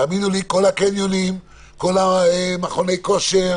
תאמינו לי שכל מכוני הכושר,